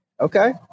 Okay